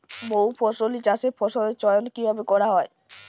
বহুফসলী চাষে ফসলের চয়ন কীভাবে করা হয়?